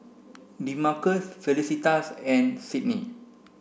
Demarcus Felicitas and Sydnee